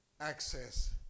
Access